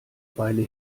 weile